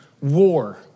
war